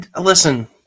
listen